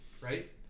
right